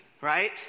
Right